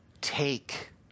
take